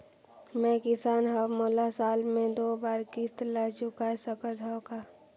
मैं किसान हव मोला साल मे दो बार किस्त ल चुकाय सकत हव का?